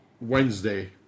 Wednesday